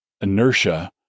inertia